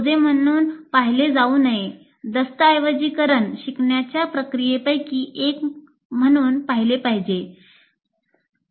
ते ओझे म्हणून पाहिले जाऊ नये दस्तऐवजीकरण शिकण्याच्या प्रक्रियेपैकी एक म्हणून पाहिले पाहिजे